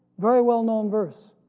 very well-known verse.